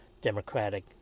democratic